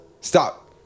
Stop